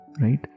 right